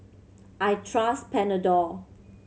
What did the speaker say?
I trust Panadol